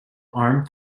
armed